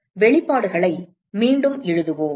வெளிப்பாடுகளை மீண்டும் எழுதுவோம்